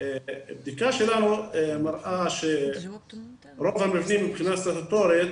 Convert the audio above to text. בדיקה שלנו מראה שרוב המבנים מבחינת סטטוטורית